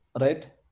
Right